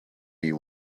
you